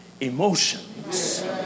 emotions